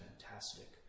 fantastic